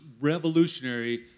revolutionary